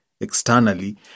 externally